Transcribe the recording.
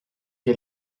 que